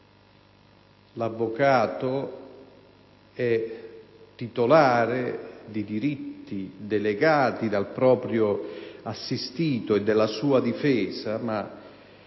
l'avvocato è titolare di diritti delegati dal proprio assistito e della sua difesa; la